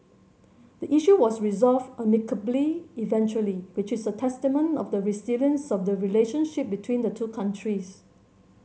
the issue was resolved amicably eventually which is a testament of the resilience of the relationship between the two countries